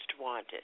wanted